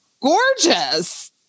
gorgeous